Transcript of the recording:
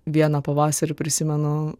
vieną pavasarį prisimenu